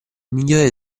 migliore